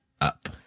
up